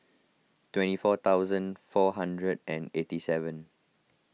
twenty four thousand four hundred and eighty seven